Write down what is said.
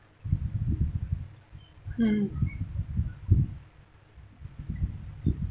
mm